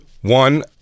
One